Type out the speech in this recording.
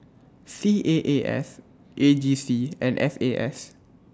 C A A S A G C and F A S